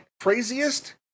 craziest